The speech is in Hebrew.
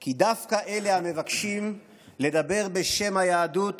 כי דווקא אלה המבקשים לדבר בשם היהדות